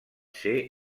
ser